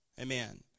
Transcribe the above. amen